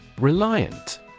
Reliant